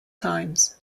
times